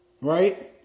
right